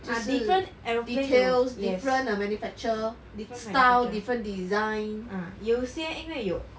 就是 ah details different uh manufacture style different design